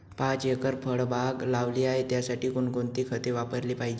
पाच एकर फळबाग लावली आहे, त्यासाठी कोणकोणती खते वापरली पाहिजे?